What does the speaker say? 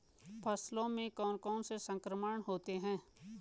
फसलों में कौन कौन से संक्रमण होते हैं?